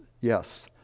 yes